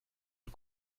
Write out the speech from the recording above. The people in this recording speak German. und